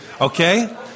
okay